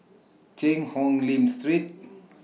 Cheang Hong Lim Street